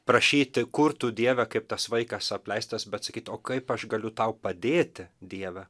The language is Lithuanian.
prašyti kur tu dieve kaip tas vaikas apleistas bet sakyt o kaip aš galiu tau padėti dieve